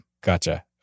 Gotcha